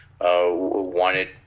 wanted